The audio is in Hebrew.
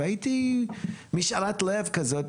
והייתי משאלת לב כזאת,